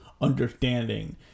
understanding